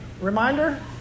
reminder